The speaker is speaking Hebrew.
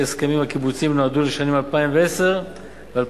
ההסכמים הקיבוציים נועדה לשנים 2010 ו-2011,